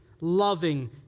loving